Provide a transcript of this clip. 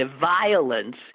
violence